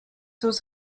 was